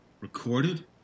Recorded